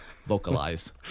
Vocalize